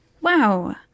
Wow